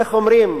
איך אומרים,